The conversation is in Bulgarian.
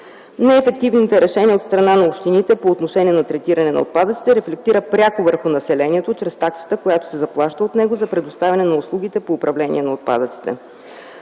Неефективните решения от страна на общините по отношение на третиране на отпадъците рефлектира пряко върху населението чрез таксата, която се заплаща от него за предоставяне на услугите по управление на отпадъците.